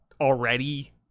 already